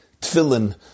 tefillin